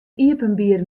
iepenbier